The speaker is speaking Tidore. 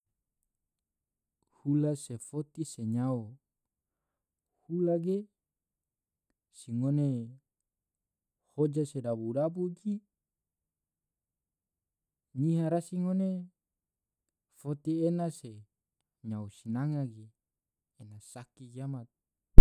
hula se foti se nyao, hula ge se ngone hoja se dabu dabu ginyiha rasi ngone foti ena se nyao sinanga ge ena saki kiamat.